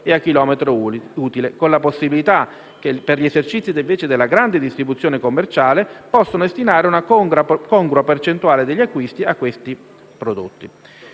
e a chilometro utile, con la possibilità per gli esercizi della grande distribuzione commerciale di destinare una congrua percentuale degli acquisti a questi prodotti.